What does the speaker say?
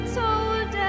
told